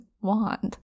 wand